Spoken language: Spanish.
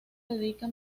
dedica